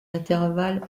intervalle